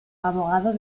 abogado